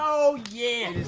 oh yeah!